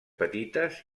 petites